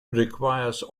requires